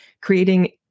creating